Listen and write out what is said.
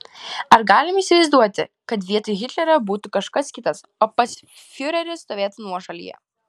ar galime įsivaizduoti kad vietoj hitlerio būtų kažkas kitas o pats fiureris stovėtų nuošalyje